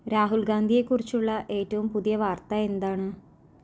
രാഹുൽ ഗാന്ധിയെക്കുറിച്ചുള്ള ഏറ്റവും പുതിയ വാർത്ത എന്താണ്